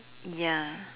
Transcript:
ya